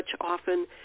often